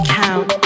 count